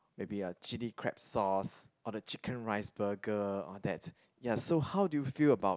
maybe uh chilli crab sauce or the chicken rice burger all that ya so how do you feel about